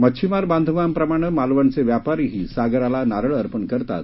मच्छीमार बांधवांप्रमाणं मालवणचे व्यापारीही सागराला नारळ अर्पण करतात